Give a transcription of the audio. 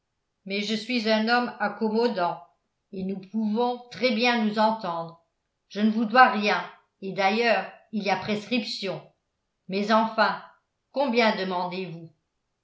mais je suis un homme accommodant et nous pouvons très bien nous entendre je ne vous dois rien et d'ailleurs il y a prescription mais enfin combien demandezvous